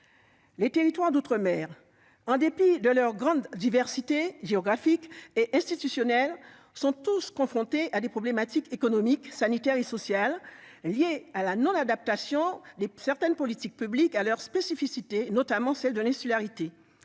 Les territoires d'outre-mer, en dépit de leur grande diversité géographique et institutionnelle, sont tous confrontés à des problématiques économiques, sanitaires et sociales liées à la non-adaptation de certaines politiques publiques à leurs spécificités, notamment celle de l'insularité.